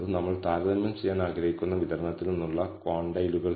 അതിനാൽ β1 0 അല്ലെങ്കിൽ β1 0 പരീക്ഷിക്കാൻ ഇത്തരത്തിലുള്ള ഒരു ആർഗ്യുമെന്റ് വിപുലീകരിക്കും